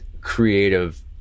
creative